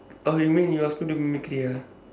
orh you mean you all still do make it ah